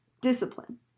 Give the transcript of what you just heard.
discipline